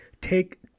take